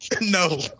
No